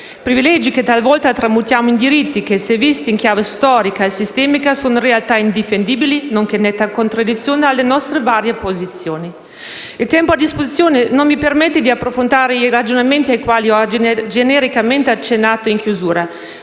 privilegi, che talvolta tramutiamo in diritti che, se visti in chiave storica e sistemica, sono in realtà indifendibili nonché in netta contraddizione con le nostre varie posizioni. Il tempo a mia disposizione non mi permette di affrontare i ragionamenti ai quali ho genericamente accennato in chiusura,